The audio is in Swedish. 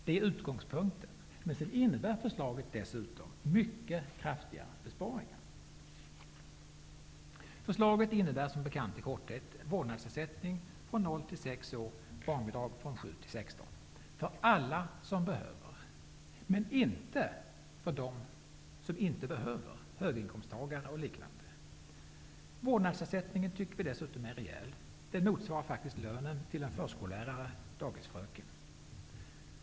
Det är utgångspunkten, men för slaget innebär dessutom mycket kraftiga bespa ringar. Förslaget innebär som bekant i korthet vård nadsersättning från 0 till 6 år och barnbidrag från 7 till 16, för alla som behöver men inte för dem som inte behöver, höginkomsttagare och lik nande. Vårdnadsersättningen tycker vi dessutom är re jäl. Den motsvarar faktiskt lönen till en förskollä rare/dagisfröken.